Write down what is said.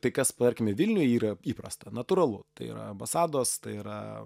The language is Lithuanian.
tai kas tarkime vilniuj yra įprasta natūralu tai yra ambasados tai yra